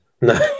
No